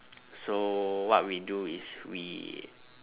so what we do is we